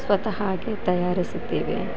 ಸ್ವತಃಹಾಗೆ ತಯಾರಿಸುತ್ತೇವೆ